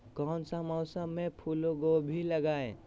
कौन सा मौसम में फूलगोभी लगाए?